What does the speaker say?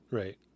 right